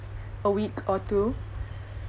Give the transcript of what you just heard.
a week or two